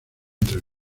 entre